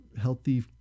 healthy